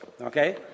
okay